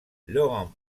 laurent